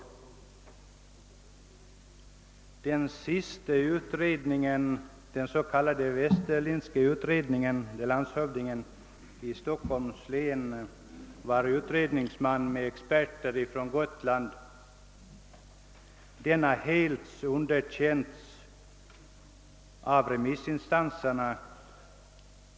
Resultatet av den senaste utredningen, den s.k. Westerlindska utredningen, där landshövdingen i Stockholms län var utredningsman med experter ifrån Gotland, har enligt statsrådet helt underkänts av remissinstanserna.